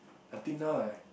until now I